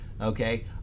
Okay